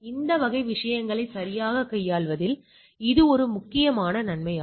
இந்த வகை விஷயங்களை சரியாகக் கையாள்வதில் இது ஒரு முக்கிய நன்மை ஆகும்